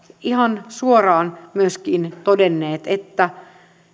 ihan suoraan myöskin todenneet että